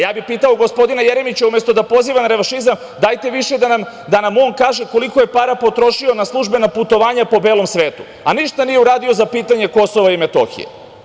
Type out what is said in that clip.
Ja bih pitao gospodina Jeremića, umesto da poziva na revanšizam, dajte više da nam on kaže koliko je para potrošio na službena putovanja po belom svetu, a ništa nije uradio za pitanje Kosova i Metohije.